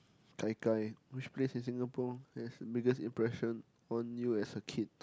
Gai Gai which place in Singapore has biggest impression on you as a kid